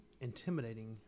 intimidating